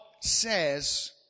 says